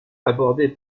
abordé